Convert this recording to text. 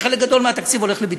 כשחלק גדול מהתקציב הולך לביטחון.